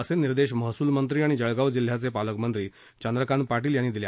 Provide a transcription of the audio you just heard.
असे निर्देश महसुलमंत्री आणि जळगाव जिल्ह्याचे पालकमंत्री चंद्रकांत पाटील यांनी दिले